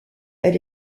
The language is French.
elle